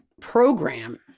program